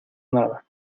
nada